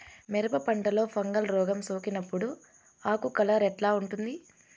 మిరప పంటలో ఫంగల్ రోగం సోకినప్పుడు ఆకు కలర్ ఎట్లా ఉంటుంది?